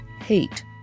hate